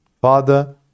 Father